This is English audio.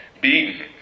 beaten